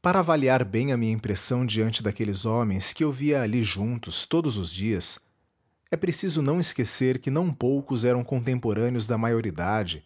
para avaliar bem a minha impressão diante daqueles homens que eu via ali juntos todos os dias é preciso não esquecer que não poucos eram contemporâneos da maioridade